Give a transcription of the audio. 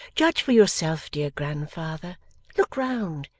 judge for yourself, dear grandfather look round,